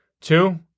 Two